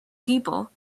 people